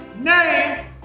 name